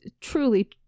truly